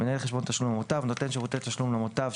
נותן שירותי תשלום למוטב,